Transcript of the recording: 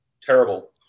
Terrible